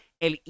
El